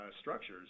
structures